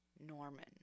Norman